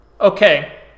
Okay